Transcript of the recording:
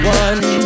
one